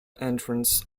entrance